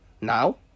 now